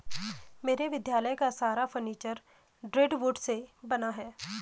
मेरे विद्यालय का सारा फर्नीचर दृढ़ वुड से बना है